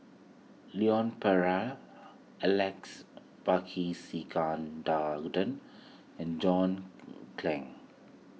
Leon Perera Alex and John Clang